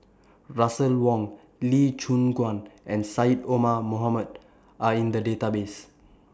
Russel Wong Lee Choon Guan and Syed Omar Mohamed Are in The Database